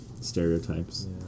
stereotypes